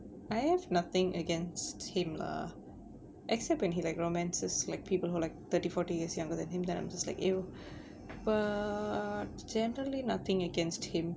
I have nothing against him lah except when he like romances like people who're like thirty forty years younger than him then I'm just like !eww! but generally nothing against him